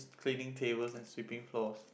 cleaning tables and sweeping floors